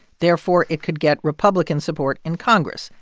therefore it could get republican support in congress?